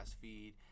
feed